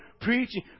preaching